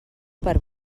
per